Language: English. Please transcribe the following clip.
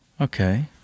Okay